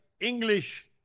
English